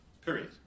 Period